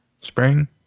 Spring